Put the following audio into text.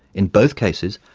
in both cases,